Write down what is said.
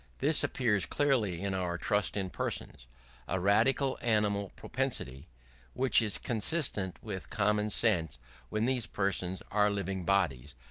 this appears clearly in our trust in persons a radical animal propensity which is consonant with common sense when these persons are living bodies,